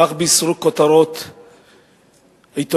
כך בישרו כותרות עיתונים.